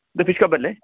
ഇത് fish hub അല്ലേ